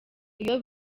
iyo